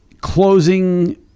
closing